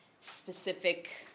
specific